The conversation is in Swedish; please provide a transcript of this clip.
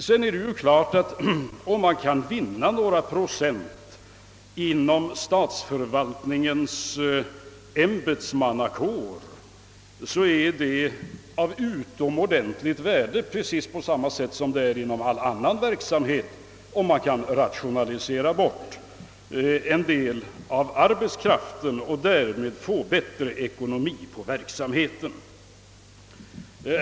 Sedan är det klart, att om vi kan vinna några procent inom statsförvaltningens ämbetsmannakår, så är det av utomordentligt värde, på samma sätt som det är inom all annan verksamhet, om man kan rationalisera bort en del arbetskraft och få en bättre ekonomi på verksamheten.